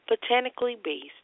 botanically-based